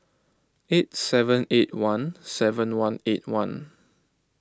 eight seven eight one seven one eight one